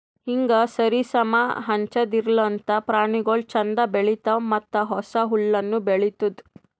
ಹೀಂಗ್ ಸರಿ ಸಮಾ ಮಾಡಿ ಹಂಚದಿರ್ಲಿಂತ್ ಪ್ರಾಣಿಗೊಳ್ ಛಂದ್ ಬೆಳಿತಾವ್ ಮತ್ತ ಹೊಸ ಹುಲ್ಲುನು ಬೆಳಿತ್ತುದ್